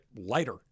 lighter